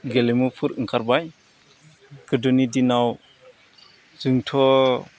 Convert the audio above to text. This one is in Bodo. गेलेमुफोर ओंखारबाय गोदोनि दिनाव जोंथ'